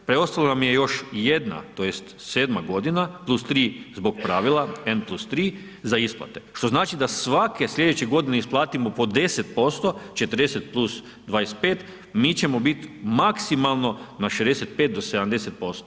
Preostalo nam je još jedna tj. sedma godina plus 3 zbog pravila 1 + 3 za isplate, što znači da svake sljedeće godine isplatimo po 10%, 40 + 25 mi ćemo biti maksimalno na 65 do 70%